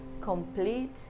complete